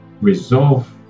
resolve